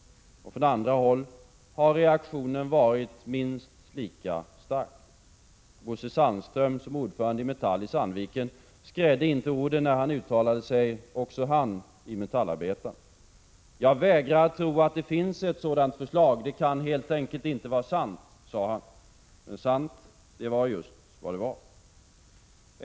Från andra håll har reaktionen varit minst lika stark. Bosse Sandström, som är ordförande i Metall i Sandviken, skrädde inte orden när han uttalade sig i Metallarbetaren: ”Jag vägrar att tro att det finns ett sådant förslag. Det kan helt enkelt inte vara sant.” Men sant, det var just vad det var.